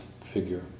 figure